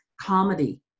comedy